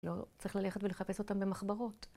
לא, צריך ללכת ולחפש אותם במחברות.